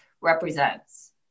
represents